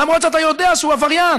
למרות שאתה יודע שהוא עבריין